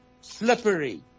Slippery